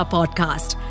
Podcast